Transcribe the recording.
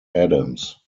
adams